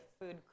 food